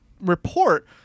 report